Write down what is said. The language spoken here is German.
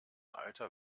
alter